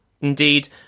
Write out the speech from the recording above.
Indeed